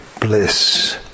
bliss